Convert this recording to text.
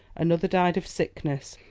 another died of sickness,